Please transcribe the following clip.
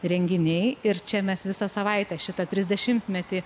renginiai ir čia mes visą savaitę šitą trisdešimtmetį